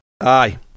aye